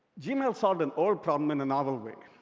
gmail solved an old problem in a novel way,